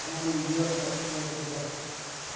ꯈꯪꯍꯟꯕꯤꯔꯛꯄ ꯌꯥꯒꯗ꯭ꯔꯥ